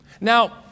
Now